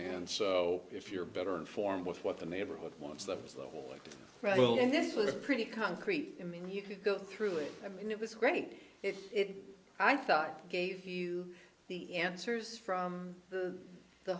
and so if you're better informed with what the neighborhood wants them slowly and this was a pretty concrete i mean you could go through it i mean it was great if i thought gave you the answers from the